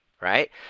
right